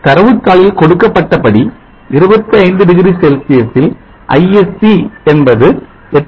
தரவுதாளில் கொடுக்கப்பட்ட படி 25 டிகிரி செல்சியஸில் ISC என்பது 8